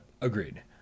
agreed